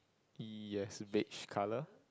yes beige colour